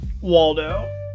Waldo